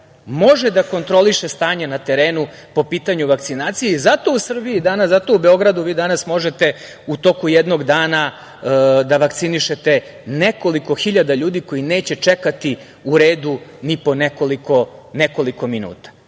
može da kontroliše stanje na terenu po pitanju vakcinacije i zato u Srbiji danas, zato u Beogradu vi danas možete u toku jednog dana da vakcinišete nekoliko hiljada ljudi koji neće čekati u redu ni po nekoliko minuta. To